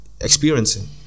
experiencing